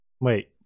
Wait